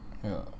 ya